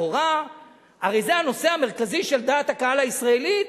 לכאורה הרי זה הנושא המרכזי של דעת הקהל הישראלית.